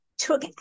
took